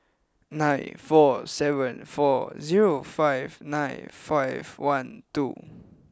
nine four seven four zero five nine five one two